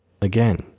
Again